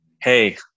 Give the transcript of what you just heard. hey